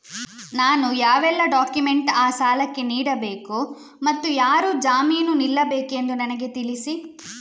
ನಾನು ಯಾವೆಲ್ಲ ಡಾಕ್ಯುಮೆಂಟ್ ಆ ಸಾಲಕ್ಕೆ ನೀಡಬೇಕು ಮತ್ತು ಯಾರು ಜಾಮೀನು ನಿಲ್ಲಬೇಕೆಂದು ನನಗೆ ತಿಳಿಸಿ?